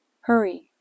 Hurry